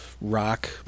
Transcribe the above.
rock